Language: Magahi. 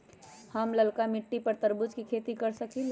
हम लालका मिट्टी पर तरबूज के खेती कर सकीले?